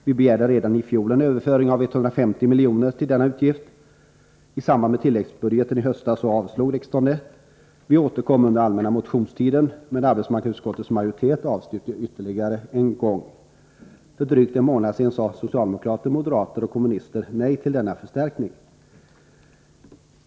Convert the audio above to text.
Vi begärde redan i fjol en överföring av 150 milj.kr. till denna utgift. I samband med behandlingen av tilläggsbudgeten i höstas avslog riksdagen denna begäran. Vi återkom under den allmänna motionstiden, men arbetsmarknadsutskottets majoritet avstyrkte ytterligare en gång. För drygt en månad sedan sade socialdemokrater, moderater och kommunister nej till denna förstärkning.